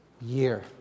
year